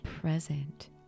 present